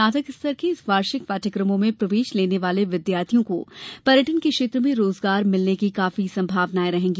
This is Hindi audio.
स्नातक स्तर के इन वार्षिक पाठ्यक्रमों में प्रवेश लेने वाले विद्यार्थियों को पर्यटन के क्षेत्र में रोजगार मिलने की काफी संभावनाएं रहेंगी